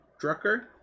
Drucker